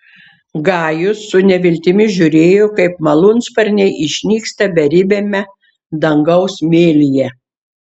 gajus su neviltimi žiūrėjo kaip malūnsparniai išnyksta beribiame dangaus mėlyje